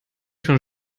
schon